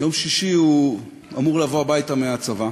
ביום שישי הוא אמור לבוא הביתה מהצבא,